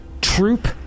troop